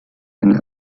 eine